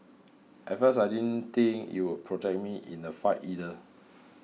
at first I didn't think it would protect me in a fight either